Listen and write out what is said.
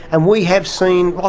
and we have seen, ah